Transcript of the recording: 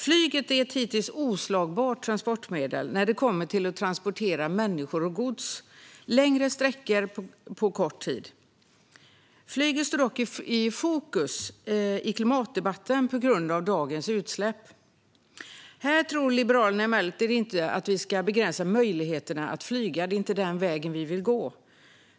Flyget är ett hittills oslagbart transportmedel när det kommer till att transportera människor och gods längre sträckor på kort tid. Flyget står dock i fokus i klimatdebatten på grund av dagens utsläpp. Här tror Liberalerna emellertid inte på att begränsa möjligheterna att flyga; det är inte den vägen vi vill gå.